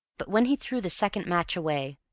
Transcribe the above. but, when he threw the second match away,